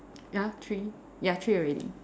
ya three ya three already